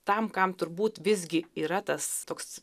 tam kam turbūt visgi yra tas toks